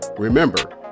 Remember